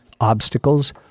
obstacles